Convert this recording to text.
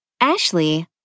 Ashley